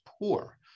poor